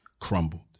crumbled